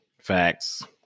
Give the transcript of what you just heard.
Facts